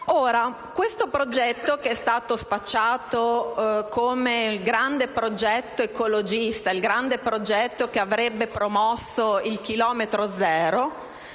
Questo progetto, che è stato spacciato come grande progetto ecologista, grande progetto che avrebbe promosso il chilometro zero,